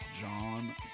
John